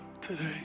today